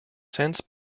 since